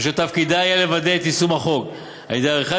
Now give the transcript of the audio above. ותפקידה יהיה לוודא את יישום החוק על-ידי עריכת